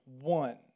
one